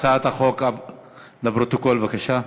לפרוטוקול, בבקשה.